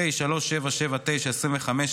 פ/3779/25,